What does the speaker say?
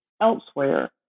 elsewhere